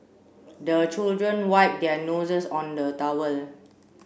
the children wipe their noses on the towel